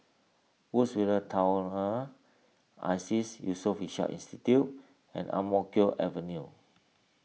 Woodsville Tunnel Iseas Yusof Ishak Institute and Ang Mo Kio Avenue